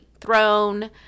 throne